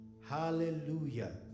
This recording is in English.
Hallelujah